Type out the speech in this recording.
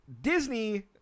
Disney